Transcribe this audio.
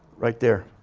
right there,